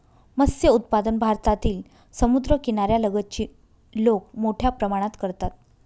मत्स्य उत्पादन भारतातील समुद्रकिनाऱ्या लगतची लोक मोठ्या प्रमाणात करतात